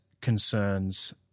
concerns